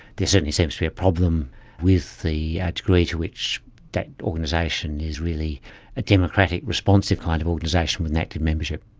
there certainly seems to be a problem with the yeah degree to which that organisation is really a democratic responsive kind of organisation with an active membership.